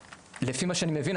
לפי מה שאני מבין,